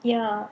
ya